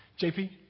JP